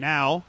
Now